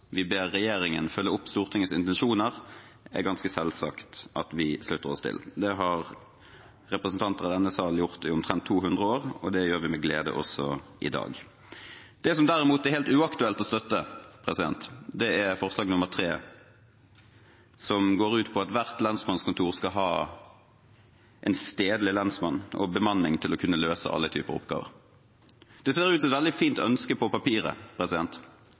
vi ber regjeringen følge opp Stortingets intensjoner, er det ganske selvsagt at vi slutter oss til. Det har representanter i denne sal gjort i omtrent 200 år, og det gjør vi med glede også i dag. Det som derimot er helt uaktuelt å støtte, er forslag til vedtak III, som går ut på at hvert lensmannskontor skal ha en stedlig lensmann og bemanning til å kunne løse alle typer oppgaver. Det ser ut som et veldig fint ønske på papiret.